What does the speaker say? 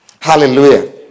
Hallelujah